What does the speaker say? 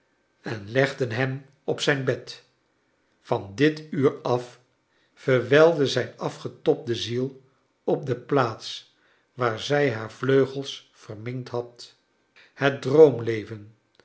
en legden hem op zij n bed van dit uur af verwijlde zijn afgetobde ziel op de plaats waar zij haar vleugels verminkt had het droomleven